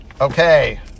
Okay